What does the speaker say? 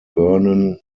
vernon